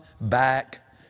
back